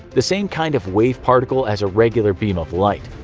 the same kind of wave-particle as regular beams of light.